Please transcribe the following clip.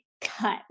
cut